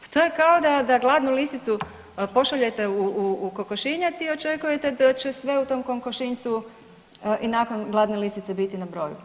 Pa to je kao da gladnu lisicu pošaljete u kokošinjac i očekujete da će sve u tom kokošinjcu i nakon gladne lisice biti na broju.